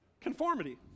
conformity